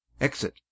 Exit